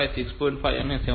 5 6